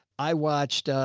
i watched, ah,